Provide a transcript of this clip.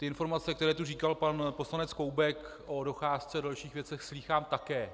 Informace, které tu říkal pan poslanec Koubek o docházce a dalších věcech, slýchám také.